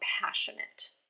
passionate